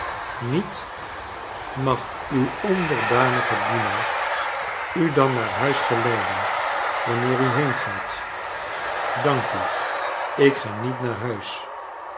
niet mag uw onderdanige dienaar u dan naar huis geleiden wanneer u heengaat dank u ik ga niet naar huis